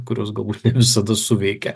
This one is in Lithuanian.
kurios galbūt ne visada suveikia